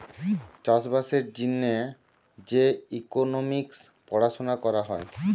চাষ বাসের জিনে যে ইকোনোমিক্স পড়াশুনা করা হয়